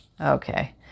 Okay